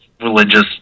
religious